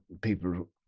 people